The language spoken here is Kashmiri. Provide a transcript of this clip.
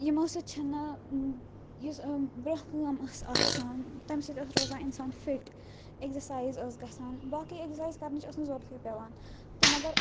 یموٚو سۭتۍ چھَنہٕ یُس برٛونٛہہ کٲم ٲس آسان تَمہِ سۭتۍ اوس روزان انسان فِٹ ایٚگزرسَایز ٲس گَژھان باقٕے ایٚگزَرسَایز کرنٕچ ٲس نہٕ ضروٗرتھٕے پیٚوان تہٕ مگر